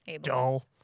dull